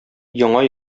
яңа